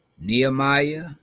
Nehemiah